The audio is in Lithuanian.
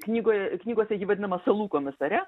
knygoje knygose ji vadinama salų komisare